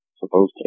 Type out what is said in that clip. supposedly